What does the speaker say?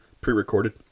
pre-recorded